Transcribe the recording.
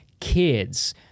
kids